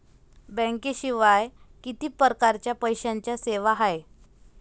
बँकेशिवाय किती परकारच्या पैशांच्या सेवा हाय?